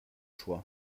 choix